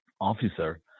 officer